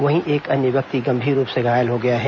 वहीं एक अन्य एक व्यक्ति गंभीर रुप से घायल हो गया है